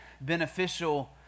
beneficial